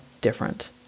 different